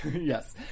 Yes